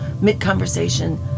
Mid-conversation